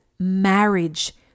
Marriage